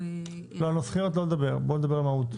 לא נדבר על הערות ניסוחיות אלא על המהות.